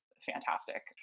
fantastic